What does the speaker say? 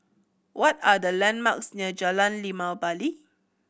what are the landmarks near Jalan Limau Bali